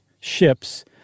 ships